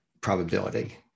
probability